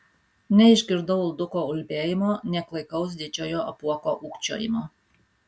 neišgirdau ulduko ulbėjimo nė klaikaus didžiojo apuoko ūkčiojimo